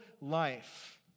life